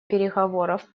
переговоров